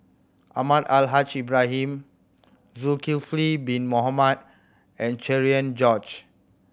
Almahdi Al Haj Ibrahim Zulkifli Bin Mohamed and Cherian George